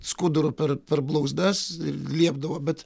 skuduru per per blauzdas ir liepdavo bet